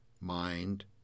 mind